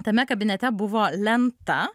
tame kabinete buvo lenta